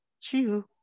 Chew